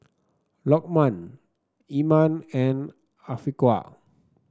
Lokman Iman and Afiqah